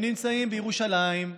הם נמצאים בירושלים,